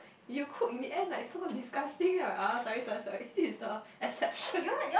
you cook in the end like so disgusting then I'm like uh sorry sorry sorry this is the exception